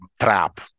trap